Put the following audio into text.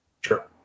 Sure